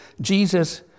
Jesus